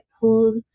pulled